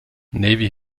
navy